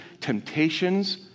Temptations